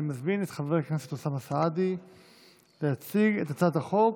אני מזמין את חבר הכנסת אוסאמה סעדי להציג את הצעת החוק,